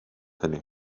hynny